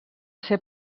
ser